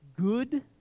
good